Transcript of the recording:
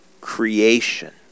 creation